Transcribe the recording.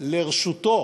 לרשותה